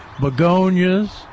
Begonias